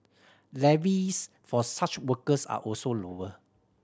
levies for such workers are also lower